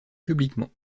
publiquement